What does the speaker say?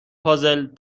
پازل